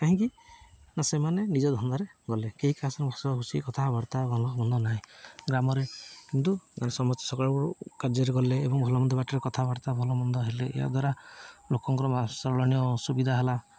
କାହିଁକି ନା ସେମାନେ ନିଜ ଧନ୍ଦାରେ ଗଲେ କେହି କାହା ସହ ହସ ଖୁସି କଥାବାର୍ତ୍ତା ଭଲ ମନ୍ଦ ନାହିଁ ଗ୍ରାମରେ କିନ୍ତୁ ସମସ୍ତେ ସକାଳୁ କାର୍ଯ୍ୟରେ ଗଲେ ଏବଂ ଭଲ ମନ୍ଦ ବାଟରେ କଥାବାର୍ତ୍ତା ଭଲମନ୍ଦ ହେଲେ ଏହାଦ୍ୱାରା ଲୋକଙ୍କର ସୁବିଧା ହେଲା